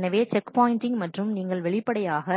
எனவே check pointing மற்றும் நீங்கள் வெளிப்படையாக